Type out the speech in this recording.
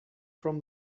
from